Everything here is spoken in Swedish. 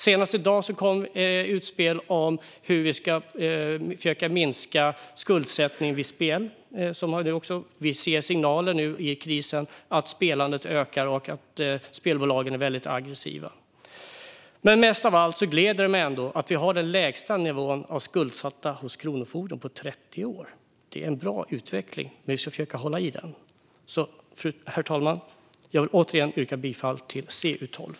Senast i dag kom ett utspel om hur vi ska försöka minska skuldsättning vid spel. I krisen ser vi nu signaler på att spelande ökar och att spelbolagen är aggressiva. Mest av allt gläder det mig att vi nu har den lägsta nivån av skuldsatta hos Kronofogden på 30 år. Det är en bra utveckling. Den ska vi försöka hålla i. Herr talman! Jag vill återigen yrka bifall till förslaget i CU12.